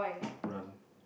run